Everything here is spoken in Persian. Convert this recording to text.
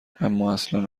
امااصلا